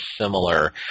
similar